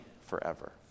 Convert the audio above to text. forever